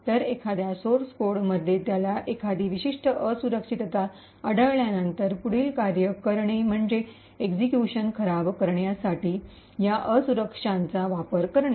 तर एकद्या source code मध्ये त्याला एखादी विशिष्ट असुरक्षितता आढळल्यानंतर पुढील कार्य म्हणजे एक्सिक्यूशन खराब करण्यासाठी या असुरक्षाचा वापर करणे